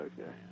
okay